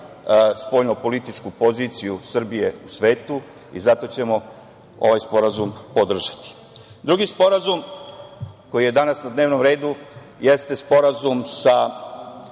spoljnopolitičku poziciju Srbije u svetu i zato ćemo ovaj sporazum podržati. Drugi sporazum koji je danas na dnevnom redu jeste Sporazum sa